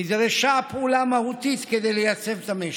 נדרשה פעולה מהותית כדי לייצב את המשק.